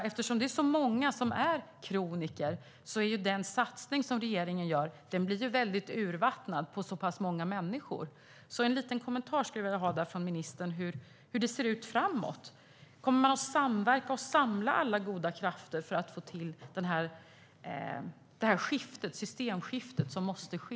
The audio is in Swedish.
Eftersom det är så många som är kroniker blir den satsning som regeringen gör väldigt urvattnad på så pass många människor. Jag skulle vilja ha en liten kommentar från ministern om hur det ser ut framåt. Kommer man att samverka och samla alla goda krafter för att få till det systemskifte som måste ske?